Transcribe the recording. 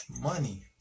money